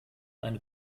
eine